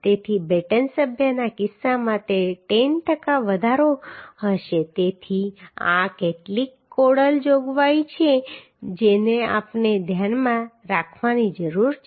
તેથી બેટન સભ્યના કિસ્સામાં તે 10 ટકા હશે તેથી આ કેટલીક કોડલ જોગવાઈઓ છે જેને આપણે ધ્યાનમાં રાખવાની જરૂર છે